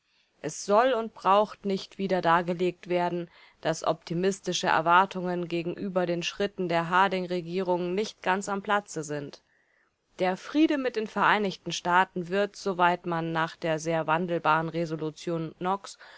es soll und braucht nicht wieder dargelegt werden daß optimistische erwartungen gegenüber den schritten der harding-regierung nicht ganz am platze sind der friede mit den vereinigten staaten wird soweit man nach der sehr wandelbaren resolution knox